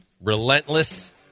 Relentless